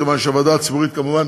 מכיוון שהוועדה הציבורית כמובן